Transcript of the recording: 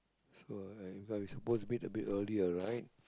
so I uh we suppose to be a bit early alright